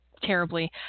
terribly